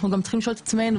אנחנו צריכים לשאול את עצמנו,